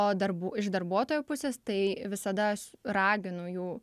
o darbu iš darbuotojo pusės tai visada aš raginu jų